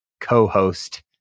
co-host